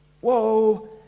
whoa